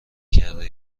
کرده